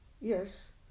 Yes